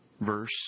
verse